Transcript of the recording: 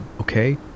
okay